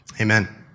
Amen